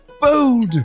bold